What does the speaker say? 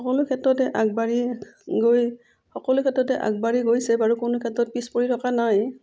সকলো ক্ষেত্ৰতে আগবাঢ়ি গৈ সকলো ক্ষেত্ৰতে আগবাঢ়ি গৈছে বাৰু কোনো ক্ষেত্ৰত পিছপৰি থকা নাই